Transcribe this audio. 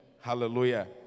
Hallelujah